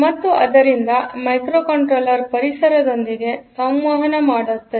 ಮತ್ತು ಅದರಿಂದ ಮೈಕ್ರೋಕಂಟ್ರೋಲರ್ ಪರಿಸರದೊಂದಿಗೆಸಂವಹನ ಮಾತನಾಡುತ್ತದೆ